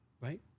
right